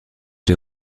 des